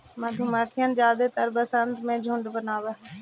मधुमक्खियन जादेतर वसंत में झुंड बनाब हई